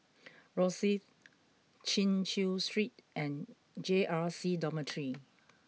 Rosyth Chin Chew Street and J R C Dormitory